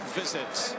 visits